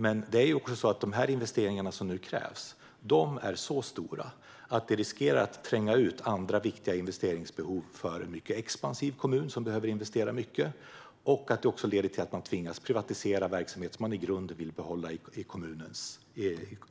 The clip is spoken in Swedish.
Men de investeringar som nu krävs är så stora att de riskerar att tränga ut andra viktiga investeringar för en mycket expansiv kommun som behöver investera mycket och att det leder till att man tvingas privatisera verksamheter som man i grunden vill behålla i